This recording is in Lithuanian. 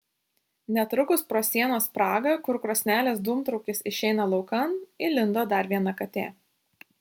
netrukus pro sienos spragą kur krosnelės dūmtraukis išeina laukan įlindo dar viena katė